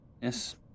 Yes